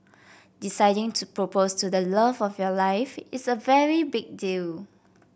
deciding to propose to the love of your life is a very big deal